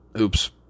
Oops